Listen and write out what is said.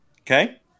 okay